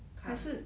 ah